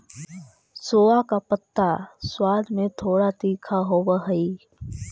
सोआ का पत्ता स्वाद में थोड़ा तीखा होवअ हई